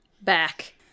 back